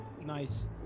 Nice